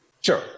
Sure